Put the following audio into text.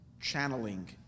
channeling